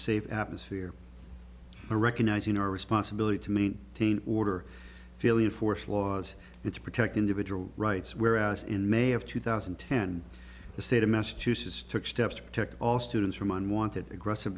safe atmosphere a recognizing our responsibility to maintain order failure for flaws it's protect individual rights whereas in may of two thousand and ten the state of massachusetts took steps to protect all students from unwanted aggressive